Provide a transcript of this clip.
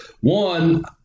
one